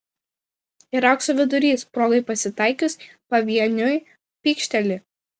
ir aukso vidurys progai pasitaikius pavieniui pykšteli